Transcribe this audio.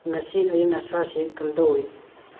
ꯉꯁꯤ ꯑꯌꯤꯡ ꯑꯁꯥꯁꯤ ꯀꯝꯗꯧꯋꯤ